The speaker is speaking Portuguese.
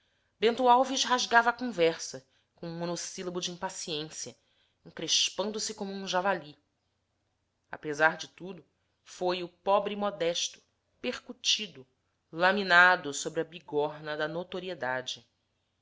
bento alves rasgava a conversa com um monossílabo de impaciência encrespando se como um javali apesar de tudo foi o pobre modesto percutido laminado sobre a bigorna da notoriedade